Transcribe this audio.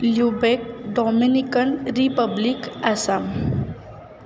Lübeck Dominican Republic Assam